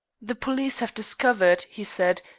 the police have discovered, he said,